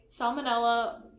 Salmonella